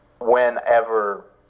whenever